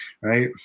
right